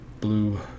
Blue